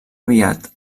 aviat